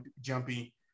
jumpy